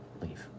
leave